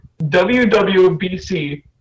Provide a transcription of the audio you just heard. WWBC